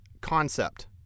Concept